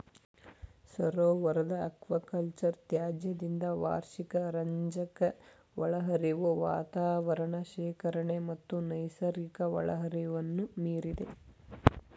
ಸರೋವರದ ಅಕ್ವಾಕಲ್ಚರ್ ತ್ಯಾಜ್ಯದಿಂದ ವಾರ್ಷಿಕ ರಂಜಕ ಒಳಹರಿವು ವಾತಾವರಣ ಶೇಖರಣೆ ಮತ್ತು ನೈಸರ್ಗಿಕ ಒಳಹರಿವನ್ನು ಮೀರಿದೆ